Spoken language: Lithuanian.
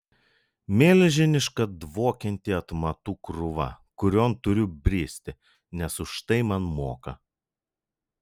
milžiniška dvokianti atmatų krūva kurion turiu bristi nes už tai man moka